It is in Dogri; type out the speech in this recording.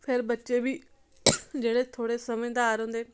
फिर बच्चे बी जेह्ड़े थोह्ड़े समझदार होंदे